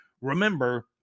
Remember